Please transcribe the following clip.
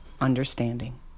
understanding